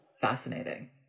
fascinating